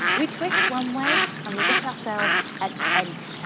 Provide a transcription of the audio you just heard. we twist one way and we get ourselves a tent.